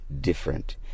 different